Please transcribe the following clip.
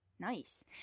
Nice